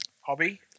hobby